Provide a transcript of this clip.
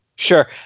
sure